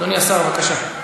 אדוני השר, בבקשה.